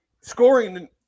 scoring